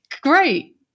great